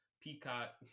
Peacock